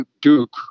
Duke